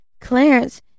Clarence